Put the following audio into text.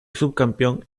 subcampeón